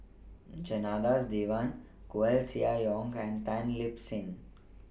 Janadas Devan Koeh Sia Yong and Tan Lip Seng